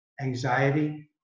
anxiety